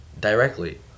directly